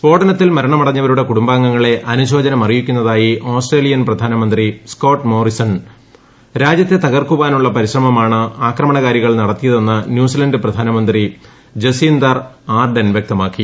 സ്ഫോടനത്തിൽ മരണമടങ്ങ്ക്ക്ക്വരുടെ കുടുംബാംഗങ്ങളെ അനുശോചനം അറിയിക്കുന്നതായി ഓസ്ട്രേലിയൻ പ്രധാനമന്ത്രി സ്കോട്ട് മോറിസൺ രാജ്യൂര്ത് ത്കർക്കുവാനുള്ള പരിശ്രമമാണ് ആക്രമണകാരികൾ നടത്തിയ്ക്തെന്ന് ന്യൂസിലെന്റ് പ്രധാനമന്ത്രി ജസീന്ദാർ ആർഡൺ വൃക്തമാക്കി